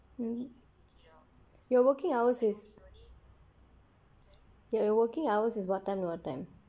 your working hours is your working hours is what time to what time